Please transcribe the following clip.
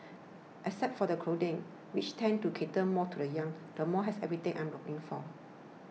except for the clothing which tends to cater more to the young the mall has everything I am looking for